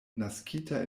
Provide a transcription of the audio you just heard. naskita